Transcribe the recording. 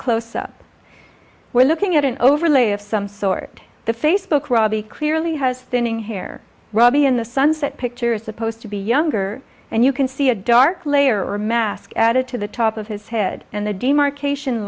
closeup we're looking at an overlay of some sort that facebook robbie clearly has thinning hair robbie in the sunset picture is supposed to be younger and you can see a dark layer mask added to the top of his head and the demarcation